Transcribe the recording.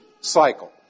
cycle